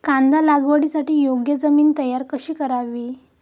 कांदा लागवडीसाठी योग्य जमीन तयार कशी करावी?